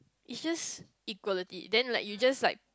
it's just equality then like you just like